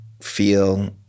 feel